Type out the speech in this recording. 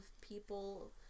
people